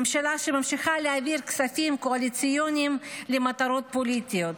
ממשלה שממשיכה להעביר כספים קואליציוניים למטרות פוליטיות,